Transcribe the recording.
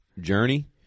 journey